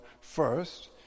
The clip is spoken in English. first